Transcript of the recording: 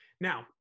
Now